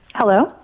Hello